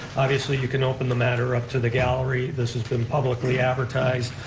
obviously you can open the matter up to the gallery. this has been publicly advertised.